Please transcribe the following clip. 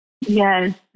yes